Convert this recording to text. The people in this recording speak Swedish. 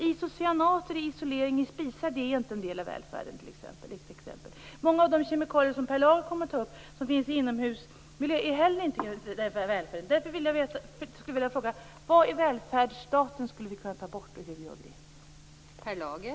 Isocyanater i isolering i spisar är inte en del av välfärden, för att ta ett exempel. Många av de kemikalier som Per Lager kommer att ta upp som finns i inomhusmiljö är inte heller en del av välfärden. Jag skulle därför vilja fråga: Vad i välfärdsstaten skulle vi kunna ta bort, och hur gör vi det?